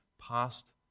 past